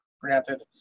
granted